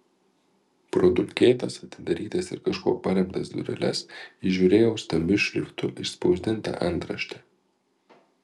pro dulkėtas atidarytas ir kažkuo paremtas dureles įžiūrėjo stambiu šriftu išspausdintą antraštę